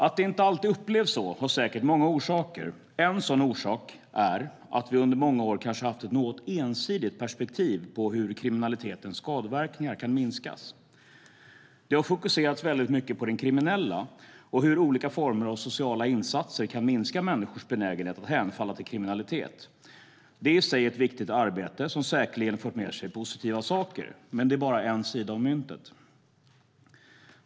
Att det inte alltid upplevs så har säkert många orsaker. En sådan orsak är att vi under många år kanske haft ett något ensidigt perspektiv på hur kriminalitetens skadeverkningar kan minskas. Det har fokuserats mycket på den kriminelle och hur olika former av sociala insatser kan minska människors benägenhet att hänfalla till kriminalitet. Detta är i sig ett viktigt arbete, som säkerligen har fört med sig positiva saker. Men det är bara en sida av myntet.